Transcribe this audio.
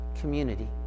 community